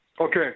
Okay